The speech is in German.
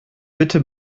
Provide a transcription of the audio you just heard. bitte